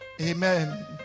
Amen